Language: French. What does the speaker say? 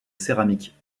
céramique